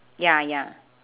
ya ya